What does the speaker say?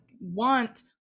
want